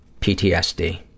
PTSD